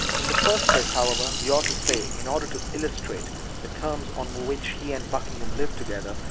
in the first place, however, we ought to say, in order to illustrate the terms on which he and buckingham lived together,